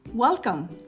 Welcome